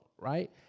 right